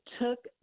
took